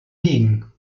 ligen